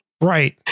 Right